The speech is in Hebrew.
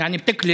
(אומר בערבית: יעני תקליב,)